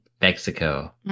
Mexico